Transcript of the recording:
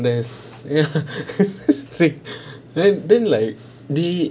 there then then like they